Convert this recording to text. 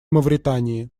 мавритании